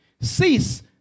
Cease